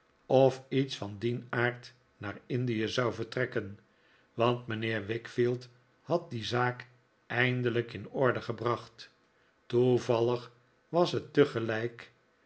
of iets van dien aard naar indie zou vertrekken want mijnheer wickfield had die zaak eindelijk in orde gebracht toevallig was het